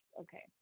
Okay